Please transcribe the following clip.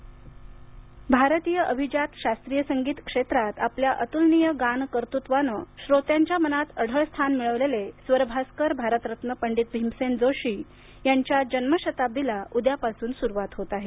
भीमसेन जोशी भारतीय अभिजात शास्त्रीय संगीत क्षेत्रात आपल्या अतुलनीय गान कर्तृत्वाने श्रोत्यांच्या मनात अढळ स्थान मिळवलेले स्वरभास्कर भारतरत्न पंडित भीमसेन जोशी यांच्या जन्मशताब्दीला उद्यापासून स्रवात होत आहे